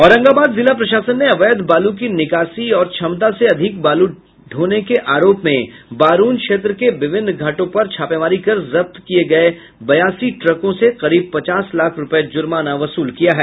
औरंगाबाद जिला प्रशासन ने अवैध बालू की निकासी और क्षमता से अधिक बालू ढ़ोने के आरोप में बारून क्षेत्र के विभिन्न घाटों पर छापेमारी कर जब्त किये गये बयासी ट्रकों से करीब पचास लाख रुपये जुर्माना वसूल किया है